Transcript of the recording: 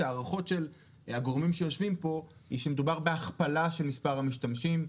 שההערכות של הגורמים שיושבים פה היא שמדובר בהכפלה של מספר המשתמשים.